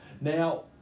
Now